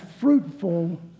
fruitful